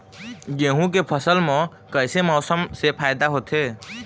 गेहूं के फसल म कइसे मौसम से फायदा होथे?